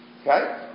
Okay